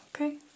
okay